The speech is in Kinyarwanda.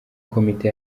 komite